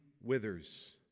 withers